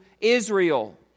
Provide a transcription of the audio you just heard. Israel